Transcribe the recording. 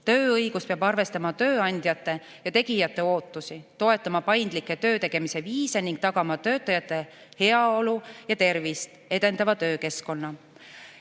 Tööõigus peab arvestama tööandjate ja ‑tegijate ootusi, toetama paindlikke töötegemise viise ning tagama töötajate heaolu ja tervist edendava töökeskkonna.